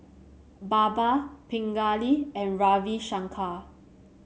Baba Pingali and Ravi Shankar